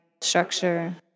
structure